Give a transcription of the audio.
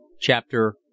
Chapter